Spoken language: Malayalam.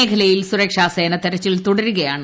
മേഖലയിൽ സുരക്ഷാസേന തെരച്ചിൽ തുടരുകയാണ്